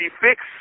fix